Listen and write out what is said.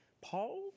Paul